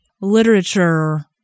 literature